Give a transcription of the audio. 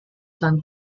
sun